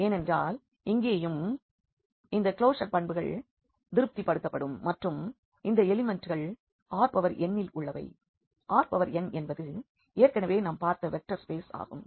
ஏனென்றால் இங்கேயும் அந்த க்ளோஷர் பண்புகள் திருப்திபடுத்தப்படும் மற்றும் அந்த எலிமெண்ட்கள் Rn இல் உள்ளவை Rn என்பது ஏற்கனவே நாம் பார்த்த வெக்டர் ஸ்பேஸ் ஆகும்